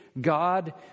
God